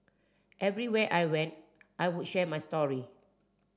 everywhere I went I would share my story